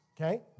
Okay